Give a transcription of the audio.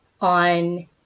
on